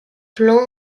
plan